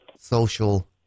social